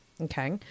Okay